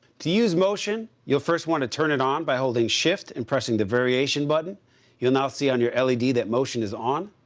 to use motion, you'll first want to turn it on by holding shift and pressing the variation button you'll now see on your led that motion is on.